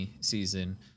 season